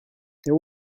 there